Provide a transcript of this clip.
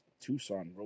Tucson